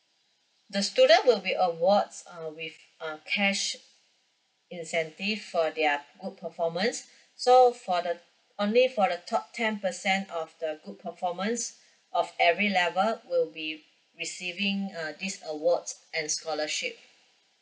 the student will be award uh with uh cash incentive for their good performance so for the only for the twelv~ ten percent of the good performance of every level will be receiving uh this awards and scholarship